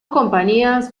compañías